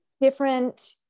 Different